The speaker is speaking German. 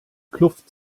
kluft